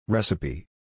Recipe